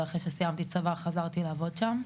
ואחרי שסיימתי צבא חזרתי לעבוד שם.